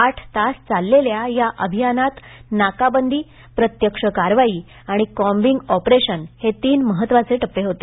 आठ तास चाललेल्या या अभियानात नाकाबंदी प्रत्यक्ष कारवाई आणि कॉम्बिंग ऑपरेशन हे तीन महत्वाच्या टप्पे होते